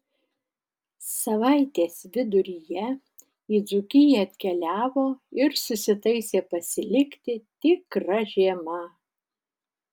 savaitės viduryje į dzūkiją atkeliavo ir susitaisė pasilikti tikra žiema